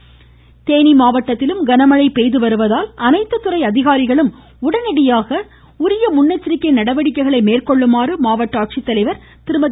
Theni voice Theni மாவட்டத்திலும் கனமழை பெய்து வருவதால் அனைத்து துறை அதிகாரிகளும் உடனடியாக முன்னெச்சரிக்கை நடவடிக்கைகளை மேற்கொள்ளுமாறு மாவட்ட ஆட்சித்தலைவர் திருமதி